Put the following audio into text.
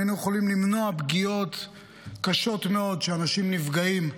היינו יכולים למנוע פגיעות קשות מאוד שאנשים נפגעים.